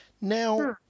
Now